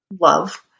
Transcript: love